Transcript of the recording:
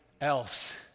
else